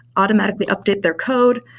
automatically update their code.